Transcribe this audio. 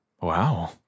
Wow